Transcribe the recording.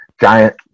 giant